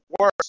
worse